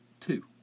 Two